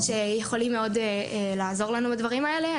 שיכולים לעזור לנו מאוד בדברים האלה.